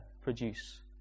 produce